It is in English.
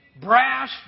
brash